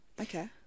Okay